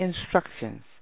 instructions